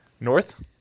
north